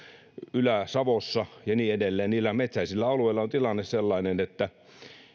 ylä savossa ja niin edelleen niillä metsäisillä alueilla on tilanne sellainen että